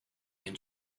can